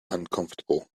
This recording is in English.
uncomfortable